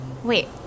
Wait